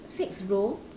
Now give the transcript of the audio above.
six row